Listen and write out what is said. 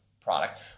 product